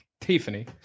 Tiffany